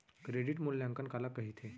Credit मूल्यांकन काला कहिथे?